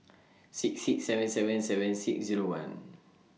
six six seven seven seven six Zero one